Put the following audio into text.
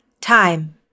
Time